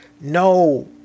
No